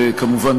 וכמובן,